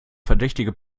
verdächtige